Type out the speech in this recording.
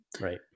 Right